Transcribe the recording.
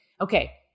okay